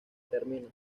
termina